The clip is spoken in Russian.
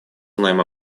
знаем